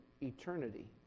eternity